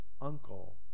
uncle